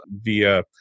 via